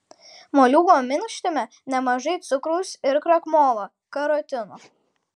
moliūgo minkštime nemažai cukraus ir krakmolo karotino